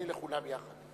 ואז תעני לכולם יחד.